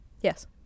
Yes